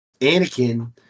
Anakin